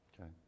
okay